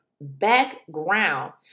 background